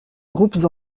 groupes